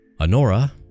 Honora